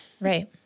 Right